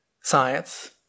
science